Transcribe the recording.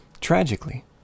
Tragically